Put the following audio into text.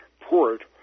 port